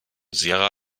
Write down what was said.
sierra